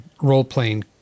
role-playing